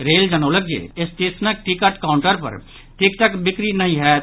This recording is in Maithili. रेल जनौलक जे स्टेशनक टिकट काउंटर पर टिकटक बिक्री नहि होयत